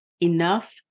Enough